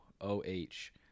O-H